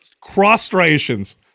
cross-striations